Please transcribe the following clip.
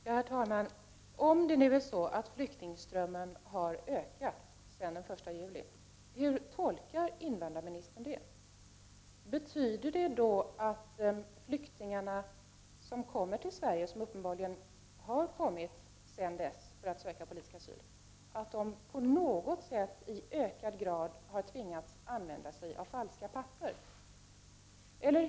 Herr talman! Om det nu är så att flyktingströmmen har ökat sedan den 1 juli, hur tolkar invandrarministern detta? Betyder det att de flyktingar som uppenbarligen har kommit till Sverige efter detta datum för att söka politisk asyl på något sätt i ökad grad har tvingats använda sig av falska papper?